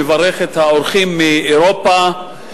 מברך את האורחים מאירופה.